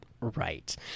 right